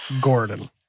Gordon